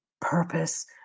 purpose